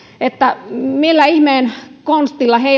millä ihmeen konstilla he